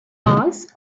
mars